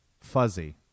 Fuzzy